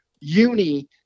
uni